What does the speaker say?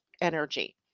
energy